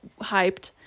hyped